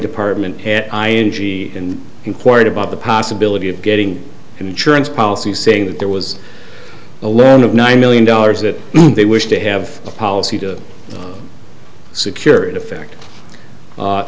department i n g and inquired about the possibility of getting an insurance policy saying that there was a land of nine million dollars that they wish to have a policy to secure in effect